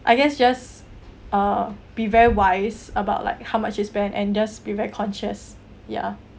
I guess just uh be very wise about like how much is spent and just be very conscious ya